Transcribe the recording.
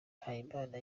mpayimana